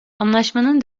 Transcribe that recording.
anlaşmanın